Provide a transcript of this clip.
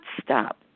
stop